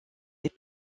des